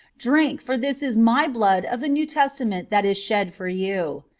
drink, for this is my blood of the new testament that is shed for you.